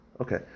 Okay